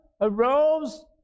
arose